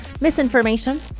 misinformation